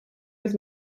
was